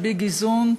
"אבי געזונט",